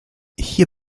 hier